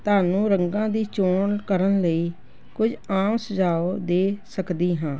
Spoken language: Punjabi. ਤੁਹਾਨੂੰ ਰੰਗਾਂ ਦੀ ਚੋਣ ਕਰਨ ਲਈ ਕੁਝ ਆਮ ਸੁਝਾਅ ਦੇ ਸਕਦੀ ਹਾਂ